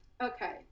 Okay